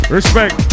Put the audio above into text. Respect